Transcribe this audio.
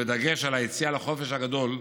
בדגש על היציאה לחופש הגדול,